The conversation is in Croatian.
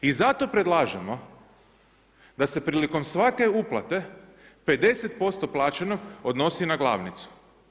I zato predlažemo da se prilikom svake uplate 50% plaćenog odnosi na glavnicu.